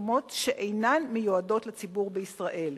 פרסומות שאינן מיועדות לציבור בישראל.